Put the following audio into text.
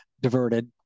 diverted